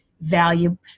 value